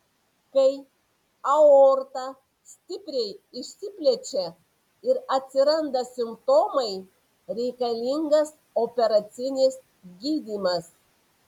kai aorta stipriai išsiplečia ir atsiranda simptomai reikalingas operacinis gydymas